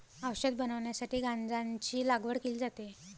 औषध बनवण्यासाठी गांजाची लागवड केली जाते